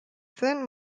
zen